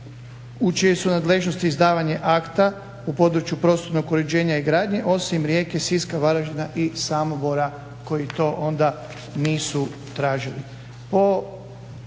u čijoj su nadležnosti izdavanje akta u području prostornog uređenja i gradnje, osim Rijeke, Siska, Varaždina i Samobora koji to onda nisu tražili.